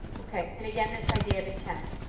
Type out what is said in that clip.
and again, this idea of intent.